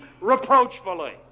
reproachfully